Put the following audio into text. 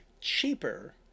cheaper